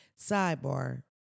Sidebar